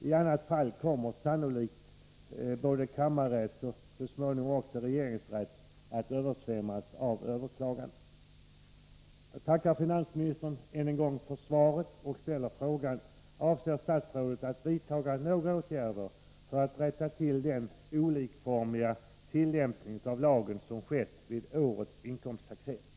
I annat fall kommer sannolikt både kammarrätt och så småningom också regeringsrätt att översvämmas av överklaganden. Jag tackar än en gång finansministern för svaret och ställer frågan: Avser statsrådet att vidta några åtgärder för att rätta till den olikformiga tillämpning av lagen som skett vid årets inkomsttaxering?